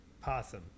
Possum